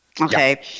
Okay